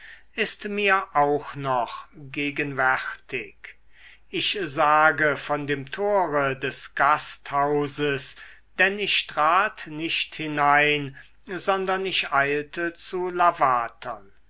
ist mir auch noch gegenwärtig ich sage von dem tore des gasthauses denn ich trat nicht hinein sondern ich eilte zu lavatern